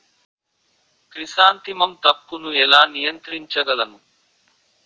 Chrysanthemum తప్పును ఎలా నియంత్రించగలను?